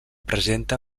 presenta